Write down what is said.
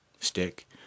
stick